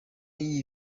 y’iyi